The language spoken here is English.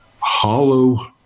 hollow